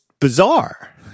bizarre